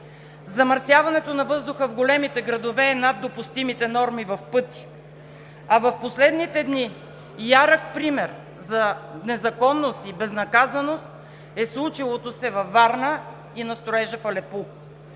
Замърсяването на въздуха в големите градове е над допустимите норми в пъти, а в последните дни ярък пример за незаконност и безнаказаност е случилото се във Варна и на строежа в Алепу.